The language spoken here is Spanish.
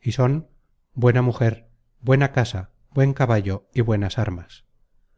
y son buena mujer buena casa buen caballo y buenas armas